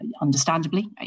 understandably